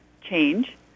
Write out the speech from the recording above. change